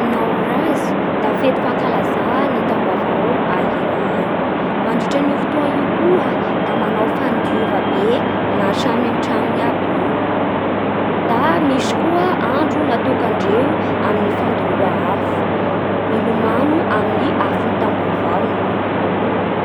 Nowruz da fety fankalazà ny taom-baovao a Iran agny. Mandritra io fotoa io koa da manao fandiova be ny a samy an-tragnony aby ny olo. Da misy koa andro nataondreo amin'ny fandoroha afo. Milomano amin'ny afon'ny taom-baovao gn'olo.